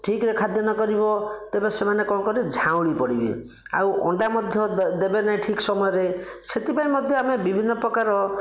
ଠିକ୍ ରେ ଖାଦ୍ୟ ନ କରିବ ତେବେ ସେମାନେ କ'ଣ କରିବେ ଝାଉଁଳି ପଡ଼ିବେ ଆଉ ଅଣ୍ଡା ମଧ୍ୟ ଦେବେ ନାହିଁ ଠିକ୍ ସମୟରେ ସେଥିପାଇଁ ମଧ୍ୟ ଆମେ ବିଭିନ୍ନ ପ୍ରକାର